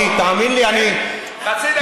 תן לי חצי דקה.